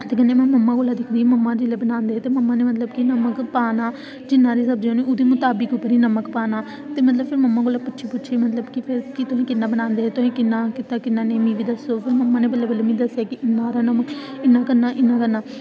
ते इक्क दिन मम्मा जेल्लै बनांदे ते मम्मा नै जेल्लै पाना ते जिन्ना हारी सब्ज़ी होंदी ते उनें ओह्दे मताबक नमक पाना ते फिर मतलब मम्मा कोला कुछ बी मतलब तुस किन्ना बनांदे रेह् तुसें किन्ना कीता ते मम्मी नै बल्लें बल्लें दस्सेआकी इन्ना नमक इन्ना इन्ना